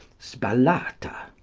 spallata,